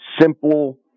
simple